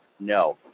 no,